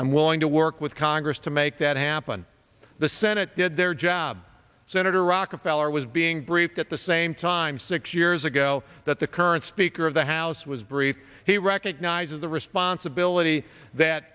i'm willing to work with congress to make that happen the senate did their job senator rockefeller was being briefed at the same time six years ago that the current speaker of the house was briefed he recognizes the responsibility that